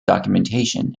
documentation